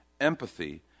empathy